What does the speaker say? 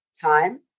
time